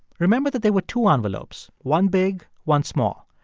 remember that there were two envelopes one big, one small.